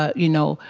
ah you know,